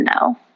no